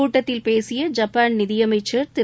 கூட்டத்தில் பேசிய ஜப்பான் நிதியமைச்சர் திரு